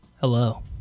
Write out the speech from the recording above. Hello